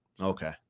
Okay